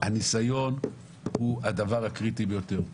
הניסיון הוא הדבר הקריטי ביותר.